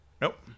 Nope